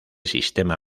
sistema